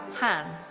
han.